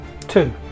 Two